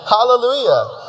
Hallelujah